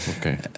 Okay